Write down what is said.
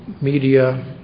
media